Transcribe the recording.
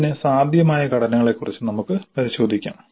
അതിന് സാധ്യമായ ഘടനകളെക്കുറിച്ച് നമുക്ക് പരിശോധിക്കാം